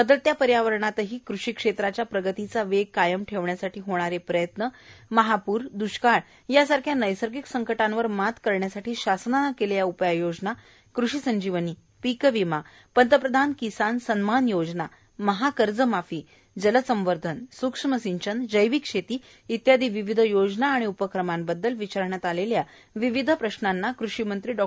बदलत्या पर्यावरणातही कृषी क्षेत्राच्या प्रगतीचा वेग कायम ठेवण्यासाठी होणारे प्रयत्न महापूर द्ष्काळ सारख्या नैसर्गिक संकटावर मात करण्यासाठी शासनाने केलेल्या उपाययोजना कृषी संजीवनी पीक विमा पंतप्रधान किसान सन्मान योजना महाकर्जमाफी जलसंवर्धन सूक्ष्म सिंचन जैविक शेती आदी विविध योजना आणि उपक्रमांबददल विचारण्यात आलेल्या विविध प्रश्नांना कृषी मंत्री डॉ